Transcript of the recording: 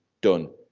done